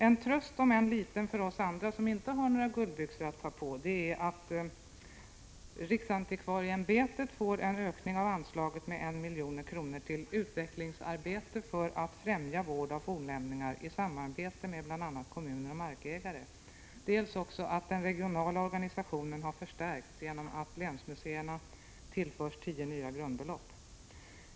En tröst — om än liten — för oss andra, som inte har några guldbyxor att ta på är dels att riksantikvarieämbetet får en ökning av anslaget till 1 milj.kr. till utvecklingsarbete för att främja vård av fornlämningar i samarbete med bl.a. kommuner och markägare, dels att den regionala organisationen har förstärkts genom att länsmuseerna tillförs tio nya grundbelopp.